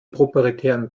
proprietären